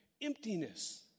emptiness